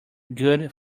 good